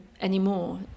anymore